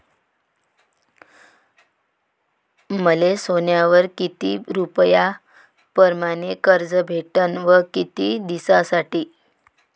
मले सोन्यावर किती रुपया परमाने कर्ज भेटन व किती दिसासाठी?